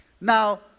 Now